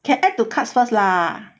can add two carts first lah